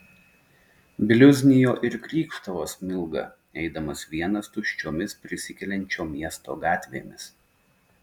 bliuznijo ir krykštavo smilga eidamas vienas tuščiomis prisikeliančio miesto gatvėmis